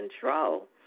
control